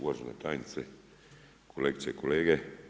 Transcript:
Uvažena tajnice, kolegice i kolege.